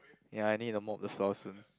ya I need to mop the floor soon